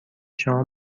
شما